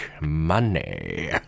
money